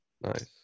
Nice